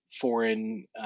foreign